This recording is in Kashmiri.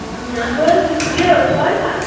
بہٕ حظ چھِس یہِ صالِحہ